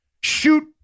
shoot